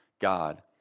God